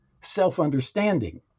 self-understanding